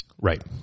Right